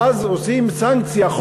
ואז עושים סנקציה,